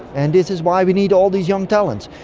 and this is why we need all these young talents.